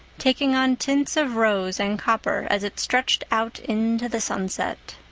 taking on tints of rose and copper as it stretched out into the sunset.